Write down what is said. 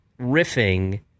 riffing